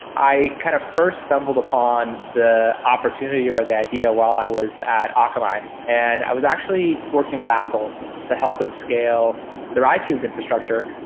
i kind of first stumbled upon the opportunity, or the idea while i was at akamai. and i was actually working with apple to help them scale their itunes infrastructure.